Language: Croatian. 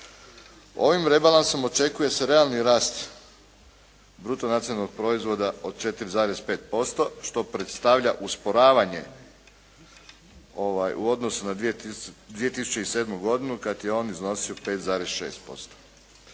Ovim rebalansom očekuje se realni rast bruto nacionalnog proizvoda od 4,5% što predstavlja usporavanje u odnosu na 2007. godinu kad je on iznosio 5,6%.